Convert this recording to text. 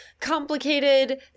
complicated